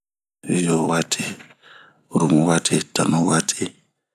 yiowati ,rumuwati ,tanuwati